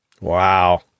wow